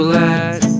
let